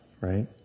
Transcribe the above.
right